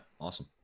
awesome